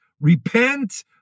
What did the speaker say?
repent